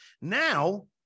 Now